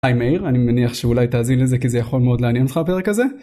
היי מאיר, אני מניח שאולי תאזין לזה כי זה יכול מאוד לעניין לך הפרק הזה.